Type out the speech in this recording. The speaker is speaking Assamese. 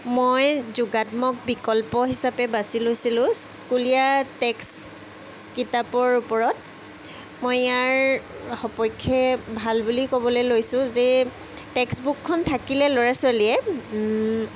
মই যোগাত্মক বিকল্প হিচাপে বাচি লৈছিলোঁ স্কুলীয়া টেক্স কিতাপৰ ওপৰত মই ইয়াৰ সপক্ষে ভাল বুলি ক'বলৈ লৈছোঁ যে টেক্স বুকখন থাকিলে ল'ৰা ছোৱালীয়ে